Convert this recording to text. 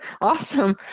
awesome